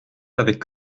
avec